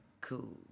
cool